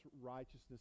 righteousness